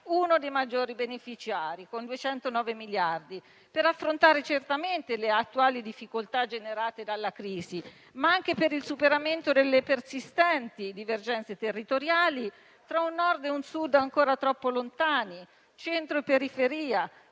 uno dei maggiori beneficiari, con 209 miliardi, per affrontare certamente le attuali difficoltà generate dalla crisi, ma anche per il superamento delle persistenti divergenze territoriali tra un Nord e un Sud ancora troppo lontani, tra il centro e la periferia,